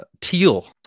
Teal